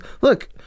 look